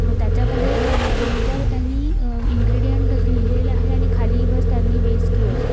त्याच्यामधे दोन चार त्यांनी इंग्रेडियंटस लिहिलेले आहे आणि खाली बस त्यांनी बेस क्यु एस